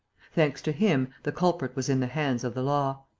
thanks to him, the culprit was in the hands of the law.